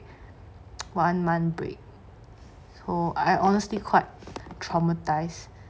one month break so I honestly quite traumatised